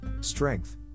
strength